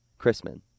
Chrisman